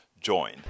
join